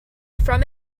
from